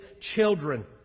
children